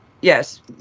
yes